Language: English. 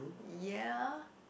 ya